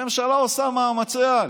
הממשלה עושה מאמצי-על,